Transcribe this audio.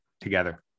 together